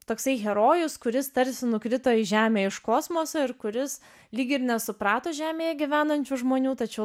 toksai herojus kuris tarsi nukrito į žemę iš kosmoso ir kuris lyg ir nesuprato žemėje gyvenančių žmonių tačiau